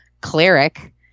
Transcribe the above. cleric